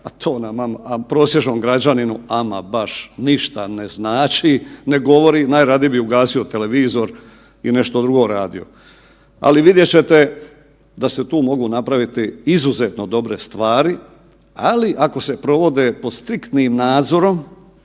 a to prosječnom građaninu ama baš ništa ne znači, ne govori, najradije bi ugasio televizor i nešto drugo radio. Ali vidjet ćete da se tu mogu napraviti izuzetno dobre stvari, ali ako se provode pod striktnim nadzorom